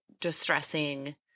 distressing